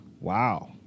Wow